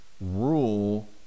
rule